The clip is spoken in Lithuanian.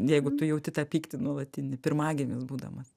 jeigu tu jauti tą pyktį nuolatinį pirmagimis būdamas